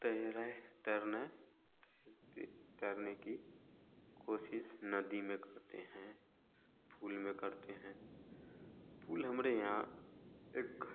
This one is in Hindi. तैरें तैरने तैर तैरने की कोशिश नदी में करते हैं पूल में करते हैं पूल हमारे यहाँ एक